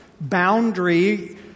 boundary